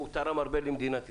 הוא תרם הרבה למדינת ישראל.